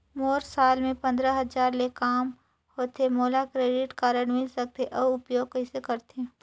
मोर साल मे पंद्रह हजार ले काम होथे मोला क्रेडिट कारड मिल सकथे? अउ उपयोग कइसे करथे?